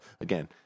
again